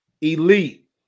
elite